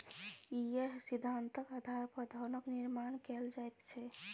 इएह सिद्धान्तक आधार पर धनक निर्माण कैल जाइत छै